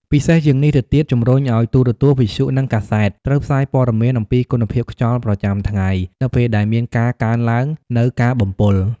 ពិសេសជាងនេះទៅទៀតជំរុញឱ្យទូរទស្សន៍ វិទ្យុ និងកាសែត ត្រូវផ្សាយព័ត៌មានអំពីគុណភាពខ្យល់ប្រចាំថ្ងៃ នៅពេលដែលមានការកើនឡើងនូវការបំពុល។